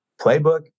playbook